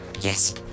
Yes